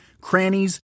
crannies